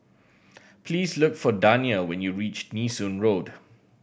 please look for Dania when you reach Nee Soon Road